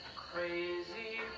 crazy